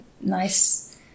nice